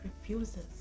refuses